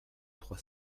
trois